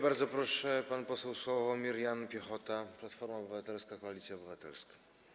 Bardzo proszę, pan poseł Sławomir Jan Piechota, Platforma Obywatelska - Koalicja Obywatelska.